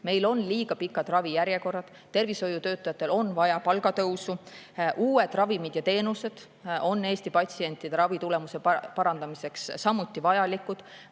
Meil on liiga pikad ravijärjekorrad, tervishoiutöötajatel on vaja palgatõusu, uued ravimid ja teenused on Eesti patsientide ravitulemuse parandamiseks samuti vajalikud,